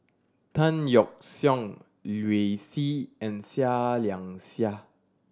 Tan Yeok Seong Liu Si and Seah Liang Seah